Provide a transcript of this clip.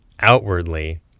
outwardly